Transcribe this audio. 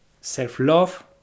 Self-love